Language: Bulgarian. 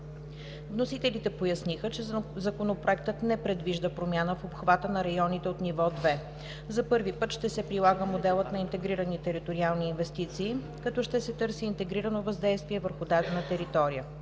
Вносителите поясниха, че Законопроектът не предвижда промяна в обхвата на районите от Ниво 2. За първи път ще се прилага моделът на интегрирани териториални инвестиции, като ще се търси интегрирано въздействие върху дадена територия.